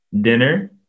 Dinner